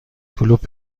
کلوب